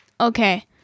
Okay